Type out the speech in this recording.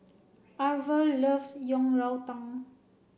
Arvel loves Yang Rou Tang